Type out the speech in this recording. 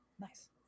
Nice